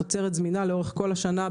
תוצרת זמינה לאורל כל השנה,